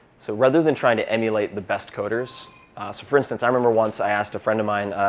so rather than trying to emulate the best coders so for instance, i remember once i asked a friend of mine,